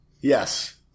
Yes